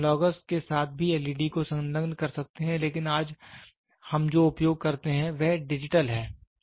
आप एनालॉगस के साथ भी एलईडी को संलग्न कर सकते हैं लेकिन आज हम जो उपयोग करते हैं वह डिजिटल है